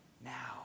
now